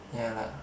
yeah lah